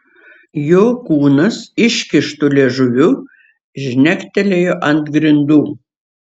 jo kūnas iškištu liežuviu žnektelėjo ant grindų